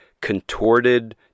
contorted